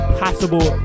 possible